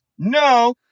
No